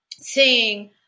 seeing